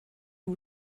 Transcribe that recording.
who